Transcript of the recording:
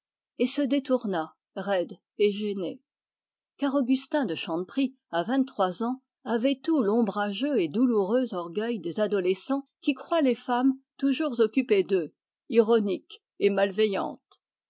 et se détourna raide et gêné car augustin de chanteprie à vingt-trois ans avait tout l'ombrageux et douloureux orgueil des adolescents qui croient les femmes toujours occupées d'eux ironiques et malveillantes